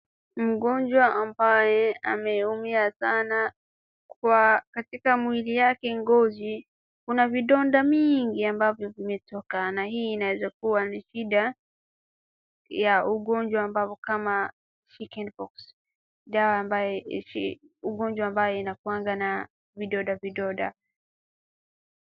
Mgonjwa ambaye ameumia sana katika mwili yake ngozi, kuna vidonda mingi ambavyo vimetoka, na hii inaweza kuwa ni shida ya ugonjwa ambavyo kama chicken pox , ugonjwa ambayo inakuwanga na vidonda vidonda.